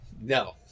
no